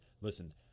listen